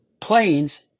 planes